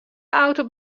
auto